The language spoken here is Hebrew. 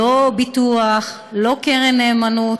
לא ביטוח, לא קרן נאמנות,